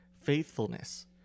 faithfulness